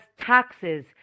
taxes